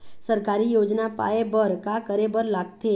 सरकारी योजना पाए बर का करे बर लागथे?